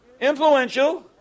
influential